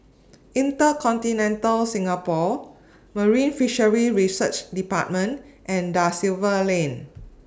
InterContinental Singapore Marine Fisheries Research department and DA Silva Lane